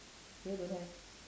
here don't have